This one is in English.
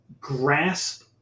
grasp